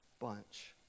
bunch